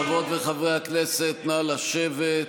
חברות וחברי הכנסת, נא לשבת.